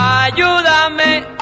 Ayúdame